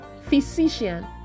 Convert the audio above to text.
physician